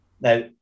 Now